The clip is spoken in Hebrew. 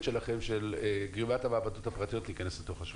שלכם של גרימת המעבדות הפרטיות להכנס לתוך השוק?